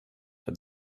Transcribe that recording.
had